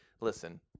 Listen